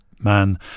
man